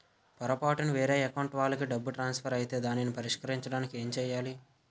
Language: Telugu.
పొరపాటున వేరే అకౌంట్ వాలికి డబ్బు ట్రాన్సఫర్ ఐతే దానిని పరిష్కరించడానికి ఏంటి చేయాలి?